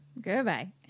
goodbye